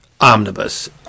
omnibus